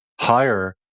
higher